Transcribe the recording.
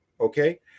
Okay